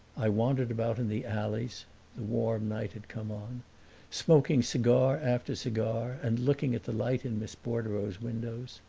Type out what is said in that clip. i wandered about in the alleys the warm night had come on smoking cigar after cigar and looking at the light in miss bordereau's windows.